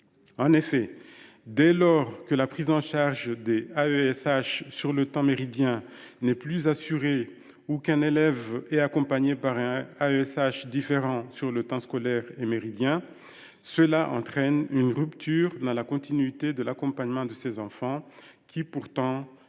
En effet, dès lors que la prise en charge des AESH durant le temps méridien n’est plus assurée ou qu’un élève est accompagné par un AESH différent au cours des temps scolaire et méridien, il y a rupture dans la continuité de l’accompagnement de ces enfants, qui est pourtant essentielle